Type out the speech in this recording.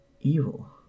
Evil